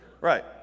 Right